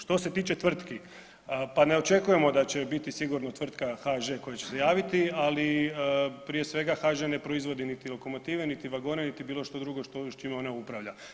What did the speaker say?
Što se tiče tvrtki, pa ne očekujemo da će biti sigurno tvrtka HŽ koja će se javiti, ali prije svega, HŽ ne proizvodi niti lokomotive niti vagone niti bilo što drugo s čime ona upravlja.